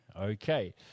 Okay